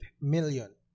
million